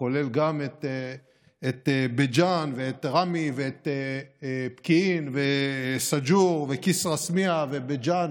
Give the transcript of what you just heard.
שכולל גם את בית ג'ן ואת ראמה ואת פקיעין וסאג'ור וכסרא-סמיע ובית ג'ן,